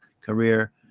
career